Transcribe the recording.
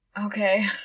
Okay